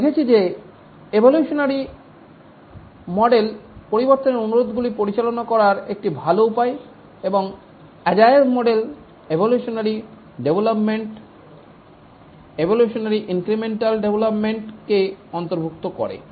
আমরা দেখেছি যে এভোলিউশনারী মডেল পরিবর্তনের অনুরোধগুলি পরিচালনা করার একটি ভাল উপায় এবং agile model evolutionary development evolutionary incremental ডেভলপমেন্টকে অন্তর্ভুক্ত করে